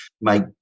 make